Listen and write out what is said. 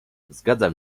zgadzam